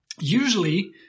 usually